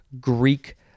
Greek